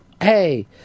hey